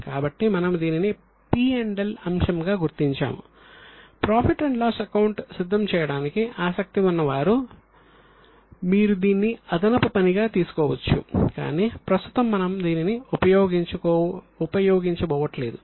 కాబట్టి మనము దీనిని P L అంశంగా గుర్తించాము ప్రాఫిట్ అండ్ లాస్ అకౌంట్ సిద్ధం చేయడానికి ఆసక్తి ఉన్నవారు మీరు దీన్ని అదనపు పనిగా చేసుకోవచ్చు కానీ ప్రస్తుతం మనము దీనిని ఉపయోగించబోవట్లేదు